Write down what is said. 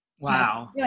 Wow